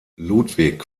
ludwig